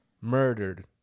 murdered